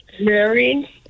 married